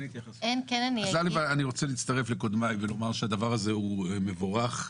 אז אני רוצה להצטרף לקודמיי ולומר שהדבר הזה הוא מבורך.